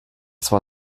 zwar